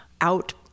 out